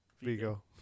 Vigo